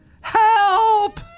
Help